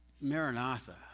Maranatha